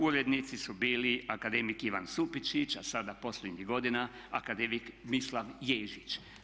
Urednici su bili akademik Ivan Supičić a sada posljednjih godina akademik Mislav Ježić.